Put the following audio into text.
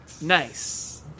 Nice